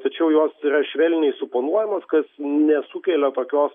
tačiau jos yra švelniai suponuojamos kas nesukelia tokios